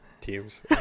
teams